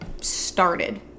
started